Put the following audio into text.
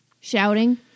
shouting